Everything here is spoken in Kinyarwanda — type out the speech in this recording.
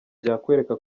byakwereka